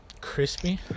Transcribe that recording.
Crispy